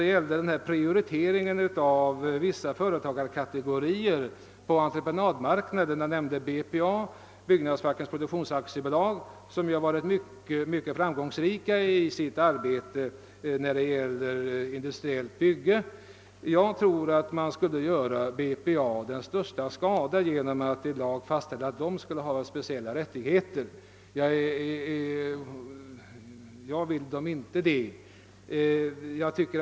Det gällde prioritering av vissa företagarkategorier på entreprenadmarknaden. Herr Nilsson i Gävle nämnde BPA — Byggnadsfackens produktionsaktiebolag — som ju varit mycket framgångsrikt i sitt arbete när det gällt industriellt byggande. Jag tror att man skulle göra BPA den största skada genom att fastställa att detta företag skulle ha några speciella rättigheter. Jag vill inte att man skall gå till väga på det sättet.